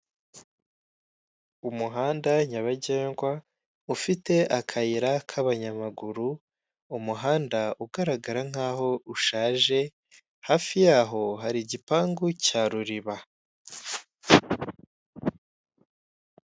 Umuhanda nyabagerwa ufite akayira k'abanyamaguru, umuhanda ugaragara nkaho ushaje hafi yaho hari igipangu cya Ruriba.